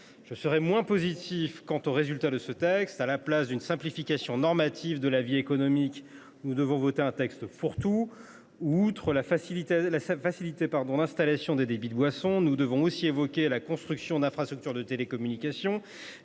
Je serai moins positif quant aux résultats de ce texte. À la place d’une simplification normative de la vie économique, nous devons voter un texte fourre tout : évoquons, outre la facilité d’installation des débits de boissons, la construction d’infrastructures de télécommunications,